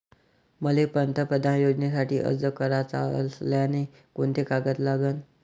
मले पंतप्रधान योजनेसाठी अर्ज कराचा असल्याने कोंते कागद लागन?